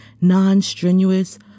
Non-strenuous